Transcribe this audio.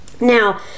Now